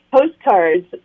postcards